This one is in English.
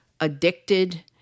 addicted